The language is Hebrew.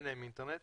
אין להן אינטרנט